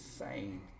insane